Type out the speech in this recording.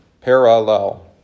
Parallel